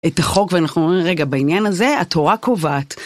את החוק, ואנחנו אומרים, רגע, בעניין הזה התורה קובעת.